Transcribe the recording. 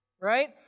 Right